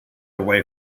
away